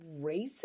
racist